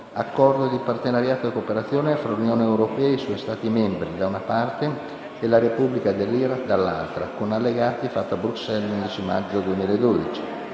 Accordo di partenariato e cooperazione tra l'Unione europea e i suoi Stati membri, da una parte, e la Repubblica dell'Iraq, dall'altra, con Allegati, fatto a Bruxelles l'11 maggio 2012;